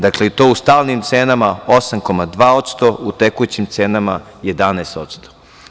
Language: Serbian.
Dakle, i to u stalnim cenama 8,2%, u tekućim cenama 11%